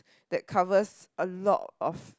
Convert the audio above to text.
that covers a lot of